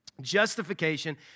Justification